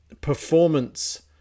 performance